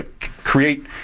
create